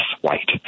white